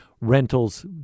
rentals